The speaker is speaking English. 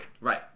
Right